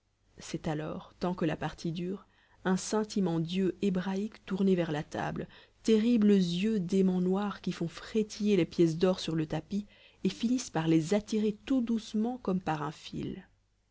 c'est alors tant que la partie dure un scintillement d'yeux hébraïques tournés vers la table terribles yeux d'aimant noir qui font frétiller les pièces d'or sur le tapis et finissent par les attirer tout doucement comme par un fil